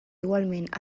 igualment